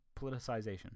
politicization